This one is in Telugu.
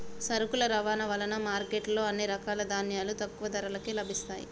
సరుకుల రవాణా వలన మార్కెట్ లో అన్ని రకాల ధాన్యాలు తక్కువ ధరకే లభిస్తయ్యి